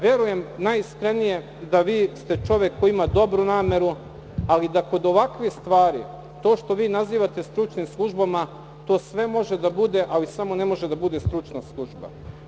Najiskrenije verujem da ste čovek koji ima dobru nameru, ali da kod ovakvih stvari to što vi nazivate stručnim službama, to sve može da bude, ali samo ne može da bude stručna služba.